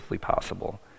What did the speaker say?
possible